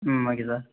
ம் okay sir